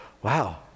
Wow